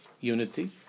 unity